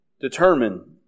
determine